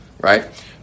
right